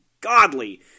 godly